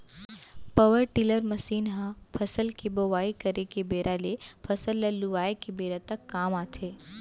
power tiller machine ह फसल के बोवई करे के बेरा ले फसल ल लुवाय के बेरा तक काम आथे